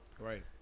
Right